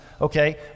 okay